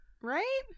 Right